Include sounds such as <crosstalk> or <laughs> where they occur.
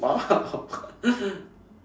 !wow! <laughs>